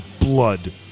blood